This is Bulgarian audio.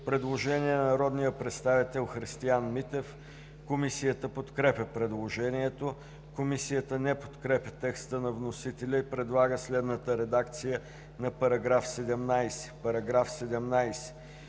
Предложение на народния представител Христиан Митев. Комисията подкрепя предложението. Комисията не подкрепя текста на вносителя и предлага следната редакция на § 17: „§ 17.